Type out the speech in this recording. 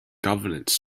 governance